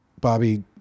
Bobby